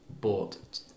bought